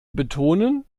betonen